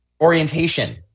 orientation